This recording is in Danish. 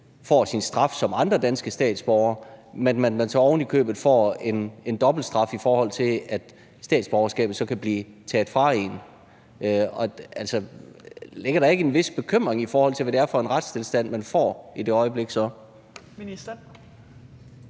får sin straf som andre danske statsborgere, men at man ovenikøbet får en dobbeltstraf, i forhold til at statsborgerskabet kan blive taget fra en. Ligger der ikke en vis bekymring, i forhold til hvad det er for en retstilstand, man får i det øjeblik?